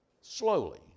slowly